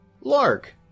Lark